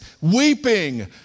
weeping